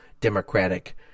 Democratic